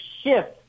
shift